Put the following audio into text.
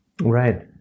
Right